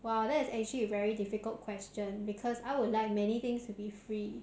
!wah! that is actually a very difficult question because I would like many things to be free